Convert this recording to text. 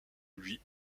lui